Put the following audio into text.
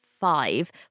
five